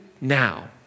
now